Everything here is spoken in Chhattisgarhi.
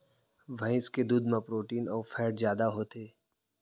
भईंस के दूद म प्रोटीन अउ फैट जादा होथे